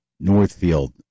Northfield